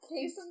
Case